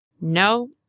No